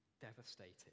devastated